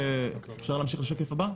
אפשר להמשיך לשקף הבא?